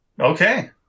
Okay